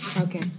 okay